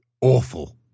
awful